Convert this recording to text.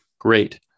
Great